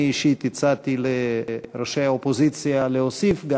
אני אישית הצעתי לראשי האופוזיציה להוסיף גם